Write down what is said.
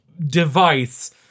device